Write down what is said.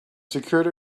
secured